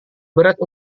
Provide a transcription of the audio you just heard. berat